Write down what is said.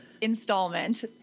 installment